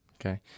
okay